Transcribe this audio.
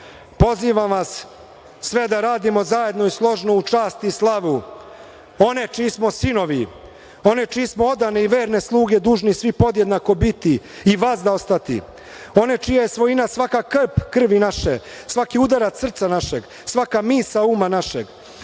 pozivam vas sve da radimo zajedno i složno u čast i slavu one čiji smo sinovi, one čiji smo odani i verne sluge dužni svi podjednako biti i vazda ostati, one čija je svojina svaka kap krvi naše, svaki udarac srca našeg, svaka misao uma našeg,